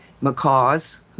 macaws